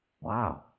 wow